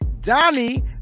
Donnie